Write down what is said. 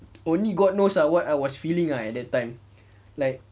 only god knows what I was feeling ah at that time like